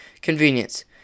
Convenience